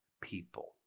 people